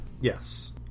Yes